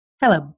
Hello